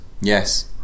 Yes